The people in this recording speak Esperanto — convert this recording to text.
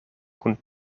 kun